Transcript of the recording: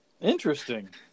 Interesting